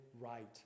right